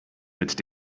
mit